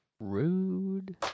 Rude